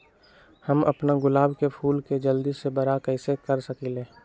हम अपना गुलाब के फूल के जल्दी से बारा कईसे कर सकिंले?